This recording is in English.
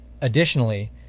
Additionally